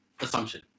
assumption